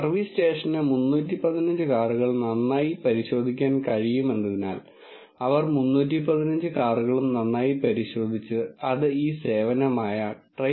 service സ്റ്റേഷന് 315 കാറുകൾ നന്നായി പരിശോധിക്കാൻ കഴിയുമെന്നതിനാൽ അവർ 315 കാറുകളും നന്നായി പരിശോധിച്ച് അത് ഈ സേവനമായ traindata